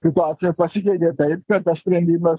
situacija pasikeitė taip kad tas sprendimas